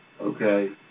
Okay